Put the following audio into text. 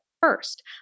first